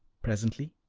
presently,